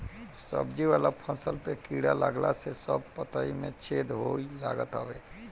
सब्जी वाला फसल पे कीड़ा लागला से सब पतइ में छेद होए लागत हवे